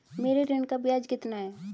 मेरे ऋण का ब्याज कितना है?